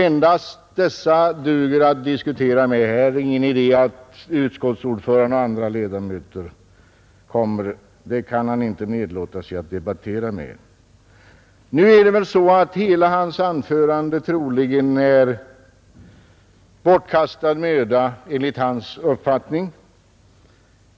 Endast statsråd duger att diskutera med. Det är ingen idé att en utskottsordförande eller andra ledamöter deltar; dem kan herr Helén inte nedlåta sig att debattera med. Hela herr Heléns anförande är troligen, enligt hans egen uppfattning, bortkastad möda.